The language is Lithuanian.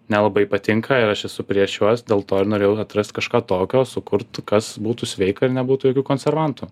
nelabai patinka ir aš esu prieš juos dėl to ir norėjau atrast kažką tokio sukurt kas būtų sveika ir nebūtų jokių konservantų